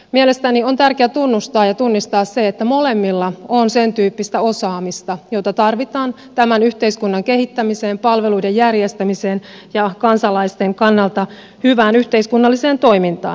mielestäni on tärkeää tunnustaa ja tunnistaa se että molemmilla on sen tyyppistä osaamista jota tarvitaan tämän yhteiskunnan kehittämiseen palveluiden järjestämiseen ja kansalaisten kannalta hyvään yhteiskunnalliseen toimintaan